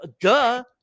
duh